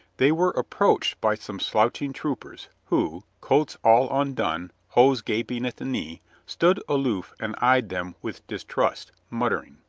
they were approached by some slouching troopers, who, coats all undone, hose gaping at the knee, stood aloof and eyed them with distrust, muttering.